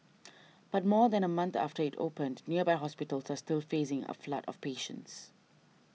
but more than a month after it opened nearby hospitals are still facing a flood of patients